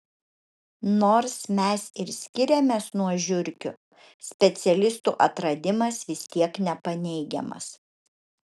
nors mes ir skiriamės nuo žiurkių specialistų atradimas vis tiek nepaneigiamas